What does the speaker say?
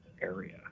area